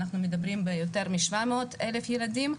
אנחנו מדברים על יותר מ-700,000 ילדים.